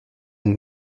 elle